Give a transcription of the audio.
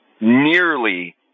nearly